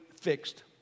fixed